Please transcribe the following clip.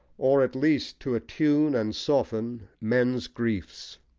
or at least to attune and soften men's griefs.